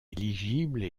éligibles